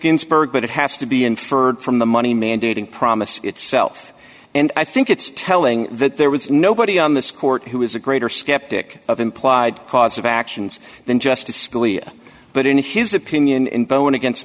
ginsburg but it has to be inferred from the money mandating promise itself and i think it's telling that there was nobody on this court who was a greater skeptic of implied cause of actions than justice scalia but in his opinion in bowen against